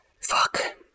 fuck